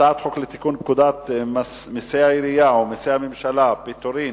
הצעת חוק לתיקון פקודת מסי העירייה ומסי הממשלה (פטורין)